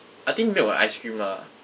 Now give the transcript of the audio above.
I think milk and ice cream lah